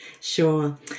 Sure